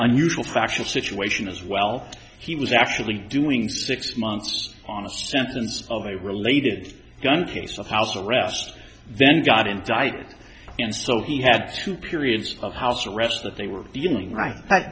nusual factual situation as well he was actually doing six months on the symptoms of a related gun case of house arrest then got indicted and so he had two periods of house arrest that they were beginning right